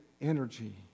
energy